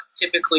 typically